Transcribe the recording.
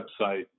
website